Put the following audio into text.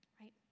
Right